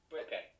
Okay